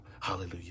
Hallelujah